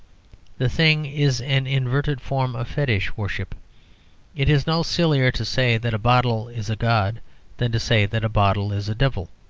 the thing is an inverted form of fetish worship it is no sillier to say that a bottle is a god than to say that a bottle is a devil.